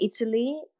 Italy